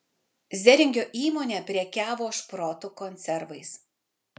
zeringio įmonė prekiavo šprotų konservais